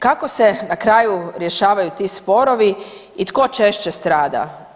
Kako se na kraju rješavaju ti sporovi i tko češće strada?